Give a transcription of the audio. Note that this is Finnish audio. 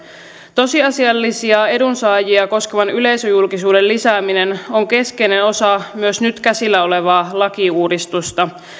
tosiasiallisia edunsaajia koskevan yleisöjulkisuuden lisääminen on keskeinen osa myös nyt käsillä olevaa lakiuudistusta